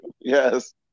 Yes